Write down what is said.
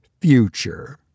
future